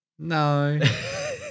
No